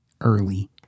early